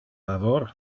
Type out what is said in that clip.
favor